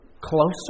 closer